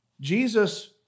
Jesus